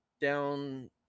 down